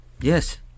yes